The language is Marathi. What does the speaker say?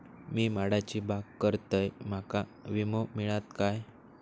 मी माडाची बाग करतंय माका विमो मिळात काय?